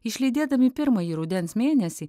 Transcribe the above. išlydėdami pirmąjį rudens mėnesį